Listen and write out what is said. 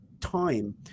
time